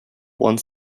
one